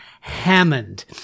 Hammond